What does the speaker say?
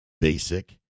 basic